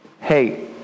hey